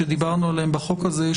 שדיברנו עליהם בחוק הזה,